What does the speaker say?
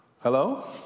hello